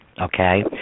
Okay